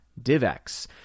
DivX